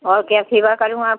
और क्या सेवा करूँ आप